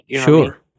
Sure